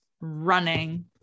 running